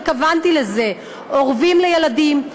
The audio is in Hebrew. התכוונתי לזה: אורבים לילדים,